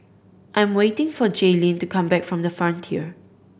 I am waiting for Jayleen to come back from The Frontier